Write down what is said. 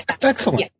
excellent